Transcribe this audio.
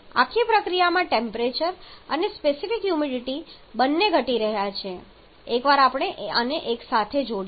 તેથી આખી પ્રક્રિયામાં ટેમ્પરેચર અને સ્પેસિફિક હ્યુમિડિટી બંને ઘટી રહ્યા છે એકવાર આપણે આને એકસાથે જોડીએ